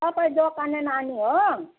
तपाईँ दोकाने नानी हो